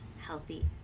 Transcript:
healthy